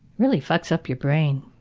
really fucks up your brain.